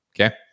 Okay